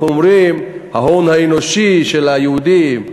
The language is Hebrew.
אומרים: ההון האנושי של היהודים,